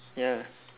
ya